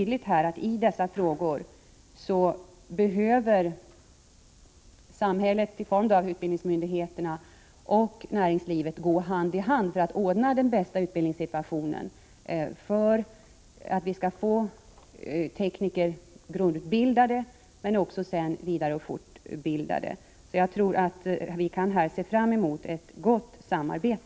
Det är så tydligt att samhället —i form av utbildningsmyndigheterna — och näringslivet behöver gå hand i hand för att ordna den bästa utbildningssituationen så att vi skall få tekniker grundutbildade och sedan vidareutbildade och fortbildade. Jag tror att vi därvid kan se fram mot ett gott samarbete.